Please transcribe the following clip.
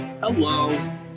Hello